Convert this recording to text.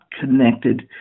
connected